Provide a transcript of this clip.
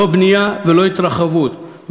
לא בנייה ולא התרחבות,